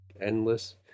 endless